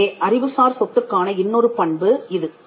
எனவே அறிவுசார் சொத்துக்கான இன்னொரு பண்பு இது